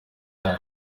zayo